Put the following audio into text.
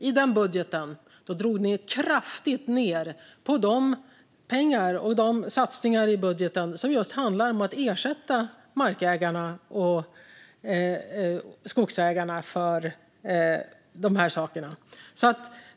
I denna budget drog de kraftigt ned på pengar och satsningar i budgeten som just handlar om att ersätta markägarna och skogsägarna för dessa saker.